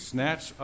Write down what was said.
Snatch